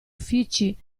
uffici